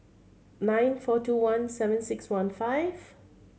nine four two one seven six one five